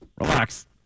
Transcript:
relax